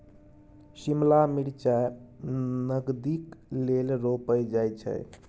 शिमला मिरचाई नगदीक लेल रोपल जाई छै